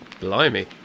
blimey